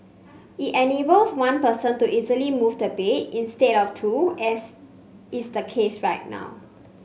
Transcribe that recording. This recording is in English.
it enables one person to easily move the bed instead of two as is the case right now